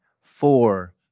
four